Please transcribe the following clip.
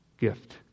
gift